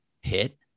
hit